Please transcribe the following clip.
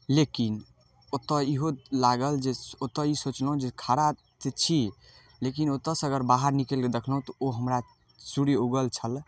लेकिन ओतऽ इहो लागल जे ओतऽ ई सोचलहुँ जे खड़ा तऽ छी लेकिन ओतऽसँ अगर बाहर निकलिके देखलहुँ तऽ ओ हमरा सूर्य उगल छल